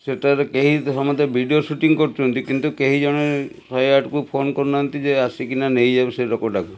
ସେଠାରେ କେହି ସମସ୍ତେ ଭିଡ଼ିଓ ସୁଟିଂ କରୁଛନ୍ତି କିନ୍ତୁ କେହି ଜଣେ ଶହେ ଆଠକୁ ଫୋନ୍ କରୁନାହାନ୍ତି ଯେ ଆସକିନା ନେଇଯାଉ ସେ ଲୋକଟାକୁ